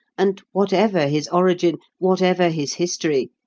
and, whatever his origin, whatever his history,